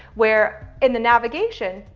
where in the navigation,